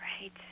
right